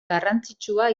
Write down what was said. garrantzitsua